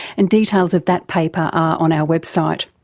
and details of that paper are on our website.